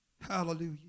Hallelujah